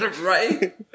Right